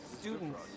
Students